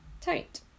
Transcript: tight